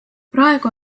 praegu